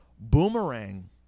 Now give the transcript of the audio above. Boomerang